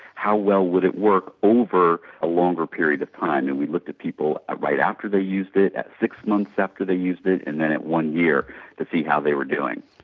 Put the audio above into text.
how well would it work over a longer period of time. and we looked at people right after they used it, at six months after they used it and then at one year to see how they were doing.